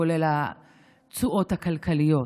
כולל התשואות הכלכליות,